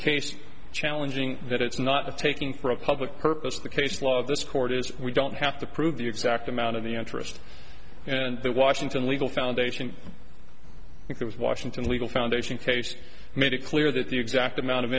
case challenging that it's not the taking for a public purpose the case law of this court is we don't have to prove the exact amount of the interest and the washington legal foundation it was washington legal foundation case made it clear that the exact amount of